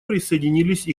присоединились